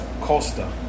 Costa